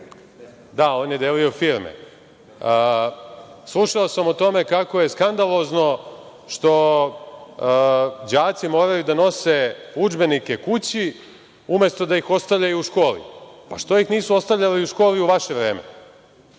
On je delio firme. Slušao sam o tome kako je skandalozno što đaci moraju da nose udžbenike kući, umesto da ih ostavljaju u školi. Što ih nisu ostavljali u školi u vaše vreme?